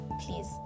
please